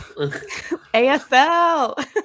ASL